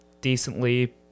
decently